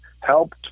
helped